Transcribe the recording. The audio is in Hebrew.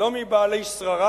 לא מבעלי שררה,